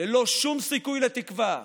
ללא שום סיכוי לתקווה,